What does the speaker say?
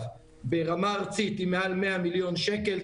ברמה ארצית היא מעל 100 מיליון שקל.